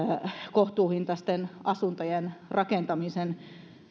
kohtuuhintaisten asuntojen rakentamisen